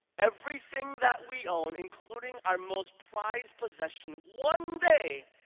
everything that we own, including our most prized possession, one day,